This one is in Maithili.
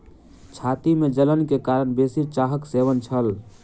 छाती में जलन के कारण बेसी चाहक सेवन छल